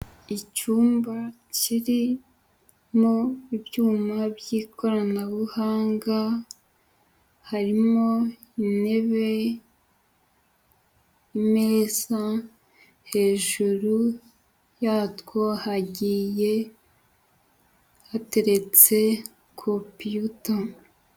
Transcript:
Icyumba kirimo ibyuma by'ikoranabuhanga, harimo intebe, imeza, hejuru yatwo hagiye hateretse kompiyuta.